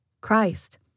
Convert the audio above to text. Christ